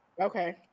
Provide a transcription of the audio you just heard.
Okay